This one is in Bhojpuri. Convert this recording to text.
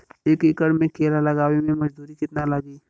एक एकड़ में केला लगावे में मजदूरी कितना लागी?